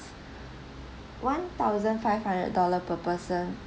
one thousand five hundred dollars per person